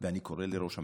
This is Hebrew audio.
ואני קורא לראש הממשלה: